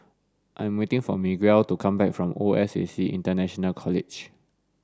I'm waiting for Miguel to come back from O S A C International College